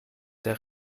der